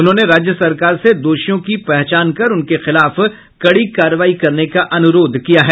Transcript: उन्होंने राज्य सरकार से दोषियों की पहचान कर उनके खिलाफ कड़ी कार्रवाई करने का अनुरोध किया है